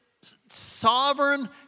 sovereign